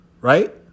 Right